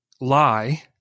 lie